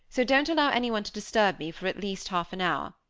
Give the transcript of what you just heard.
so don't allow anyone to disturb me for at least half an hour.